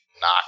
knock